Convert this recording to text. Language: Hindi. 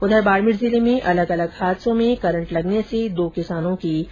उधर बाड़मेर जिले में अलग अलग हादसों में करंट लगने से दो किसानों की मौत हो गई